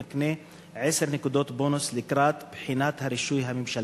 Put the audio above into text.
המקנה עשר נקודות בונוס לקראת בחינת הרישוי הממשלתית.